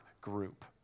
group